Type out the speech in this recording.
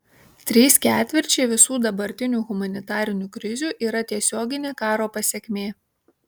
trys ketvirčiai visų dabartinių humanitarinių krizių yra tiesioginė karo pasekmė